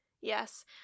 yes